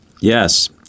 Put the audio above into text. Yes